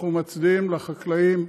אנחנו מצדיעים לחקלאים,